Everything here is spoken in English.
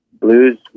blues